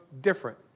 different